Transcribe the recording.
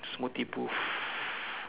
smoothie booth